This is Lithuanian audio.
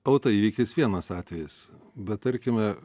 autoįvykis vienas atvejis bet tarkime